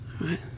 Right